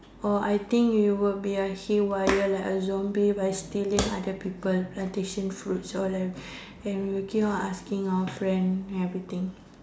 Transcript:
or I think it will be like haywire like a zombie by stealing other people plantation fruits all that and we will keep on asking our friend everything